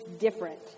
different